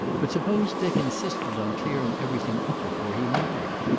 but suppose dick insisted on clearing everything up before he married?